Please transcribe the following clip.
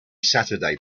saturday